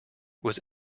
was